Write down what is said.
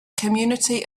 community